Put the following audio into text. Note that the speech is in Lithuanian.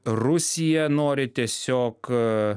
rusija nori tiesiog